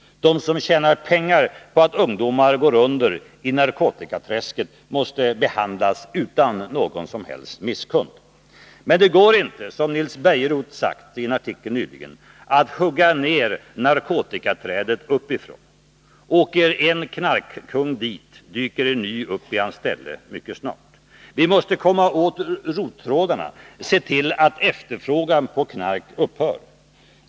De som tjänar pengar på att ungdomar går under i narkotikaträsket måste behandlas utan någon som helst misskund. Men det går inte, som Nils Bejerot nyligen sagt i en artikel, att hugga ned narkotikaträdet uppifrån. Åker en knarkkung dit, dyker mycket snart en ny upp i hans ställe. Vi måste komma åt rottrådarna, se till att efterfrågan på knark upphör.